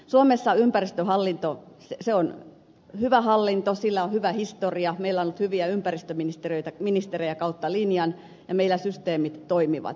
suomessa ympäristöhallinto on hyvä hallinto sillä on hyvä historia meillä on ollut hyviä ympäristöministerejä kautta linjan ja meillä systeemit toimivat